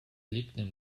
legten